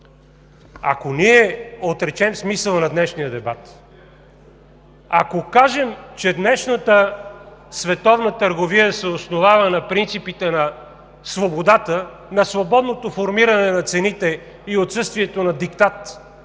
Ако ние отречем смисъла на днешния дебат, ако кажем, че днешната световна търговия се основава на принципите на свободата, на свободното формиране на цените и отсъствието на диктат,